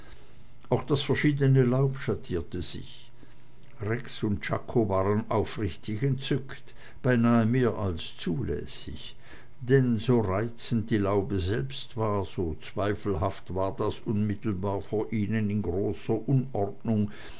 auch das verschiedene laub schattierte sich rex und czako waren aufrichtig entzückt beinahe mehr als zulässig denn so reizend die laube selbst war so zweifelhaft war das unmittelbar vor ihnen in großer unordnung